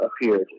appeared